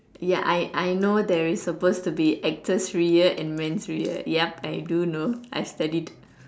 ya I I know there is supposed to be actress Syria and man Syria yup I do know I studied